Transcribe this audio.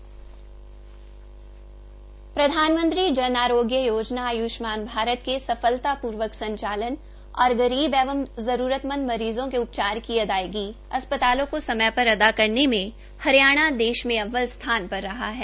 केन्द्र सरकार ने प्रधानमंत्री जन आरोग्य योजना आयुष्मान भारत के सफलतापूर्वक संचालन और गरीब एवं जरूरतमंद मरीजों के उपचार की अदायगी अस्पतालों को समय पर अदा करने में हरियाणा देश में अव्वल स्थान पर रहा है